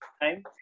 time